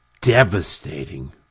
devastating